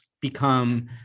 become